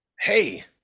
hey